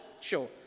sure